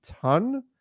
ton